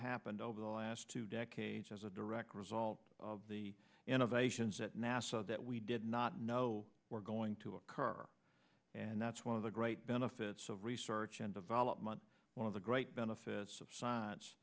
happened over the last two decades as a direct result of the innovations at nassau that we did not know were going to occur and that's one of the great benefits of research and development one of the great benefits of science